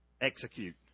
execute